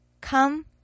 come